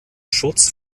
schutz